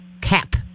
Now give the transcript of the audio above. cap